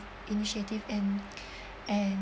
initiative and and